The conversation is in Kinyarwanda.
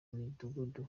midugudu